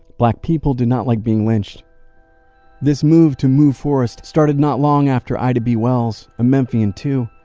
black people did not like being lynched this move to move forrest started not long after ida b. wells, a memphian too,